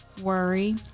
worry